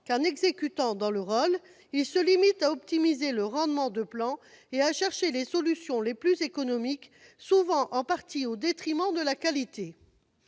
d'exécutant qui se limite à optimiser le rendement de plan et à rechercher les solutions les plus économiques, souvent en partie au détriment de la qualité.